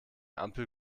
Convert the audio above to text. ampel